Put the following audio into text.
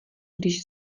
když